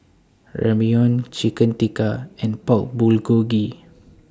Ramyeon Chicken Tikka and Pork Bulgogi